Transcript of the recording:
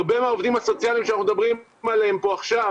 הרבה מהעובדים הסוציאליים שאנחנו מדברים עליהם עכשיו,